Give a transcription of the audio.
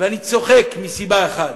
ואני צוחק מסיבה אחת: